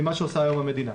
ממה שעושה היום המדינה.